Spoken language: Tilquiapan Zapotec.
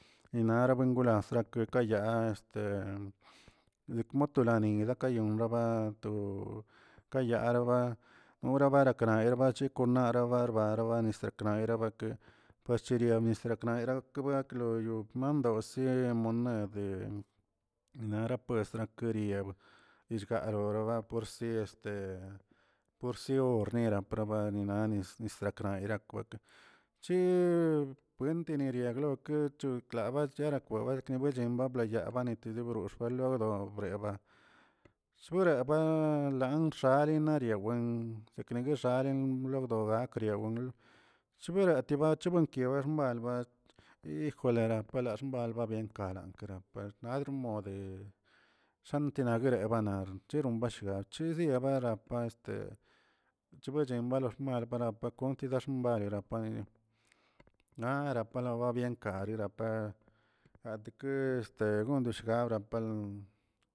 Ninara buengolasa kekayaa este dek motolani yonraba to kayaaraba noraba kaneraba chekonara rarba naba nesi rkanebra, par cheri chenibyanisakə erak kabakloyok mandosii monedi nara pues rakeria dillꞌgaro roꞌ deporsi este, porsi ornera parabin anis nisranekrea, chi buentiniriatni kechu klabaklarak werke bechen ka yaabaneti do brox alodo breba, shuereba lansharena yowen gneguesharen logdoga kriowa chiberati nokiraxbamwla ijole labxbambla galan karakə ladr mode shantina guereba na cheron bashgal yisiera bapraga chebechenba baplag napa kontidiaxmay apa narapa yenkario lapa gatkest gondoshkabrapa.